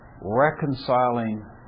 reconciling